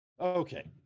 okay